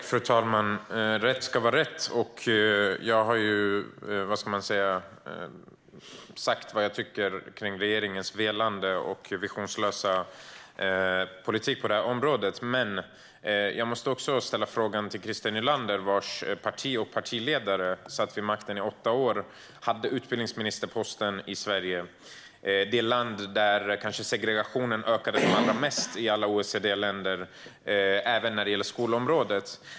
Fru talman! Rätt ska vara rätt. Jag har sagt vad jag tycker om regeringens velande och visionslösa politik på det här området, men jag måste också ställa frågan till Christer Nylander, vars parti och partiledare satt vid makten i åtta år. Man hade utbildningsministerposten i Sverige, det land av alla OECD-länder där segregationen kanske ökade allra mest - även på skolområdet.